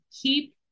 keep